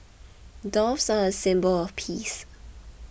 doves are a symbol of peace